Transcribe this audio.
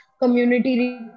community